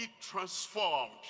transformed